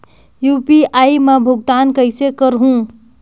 UPI मा भुगतान कइसे करहूं?